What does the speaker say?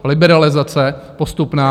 Liberalizace postupná.